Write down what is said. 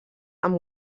amb